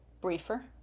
briefer